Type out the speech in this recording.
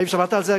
האם שמעת על זה,